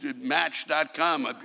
match.com